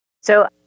So-